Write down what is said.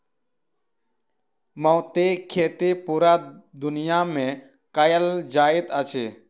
मोतीक खेती पूरा दुनिया मे कयल जाइत अछि